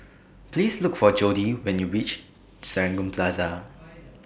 Please Look For Jodie when YOU REACH Serangoon Plaza